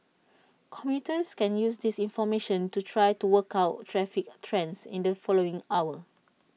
commuters can use this information to try to work out traffic trends in the following hour